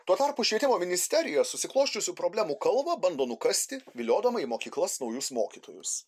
tuo tarpu švietimo ministerija susiklosčiusių problemų kalvą bando nukasti viliodama į mokyklas naujus mokytojus